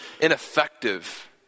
ineffective